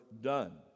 done